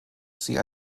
sie